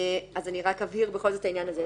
אז אני רק אבהיר בכל זאת את העניין הזה.